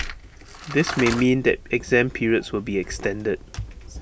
this may mean that exam periods will be extended